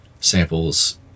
samples